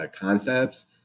concepts